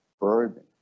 burden